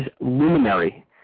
luminary